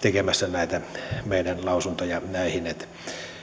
tekemässä näitä meidän lausuntojamme näihin että